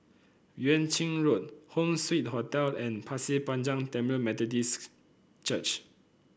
Yuan Ching Road Home Suite Hotel and Pasir Panjang Tamil Methodist Church